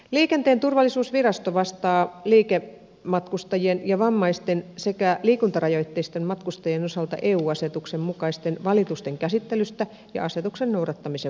liikenteen turvallisuusvirasto vastaa liikematkustajien ja vammaisten sekä liikuntarajoitteisten matkustajien osalta eu asetuksen mukaisten valitusten käsittelystä ja asetuksen noudattamisen valvonnasta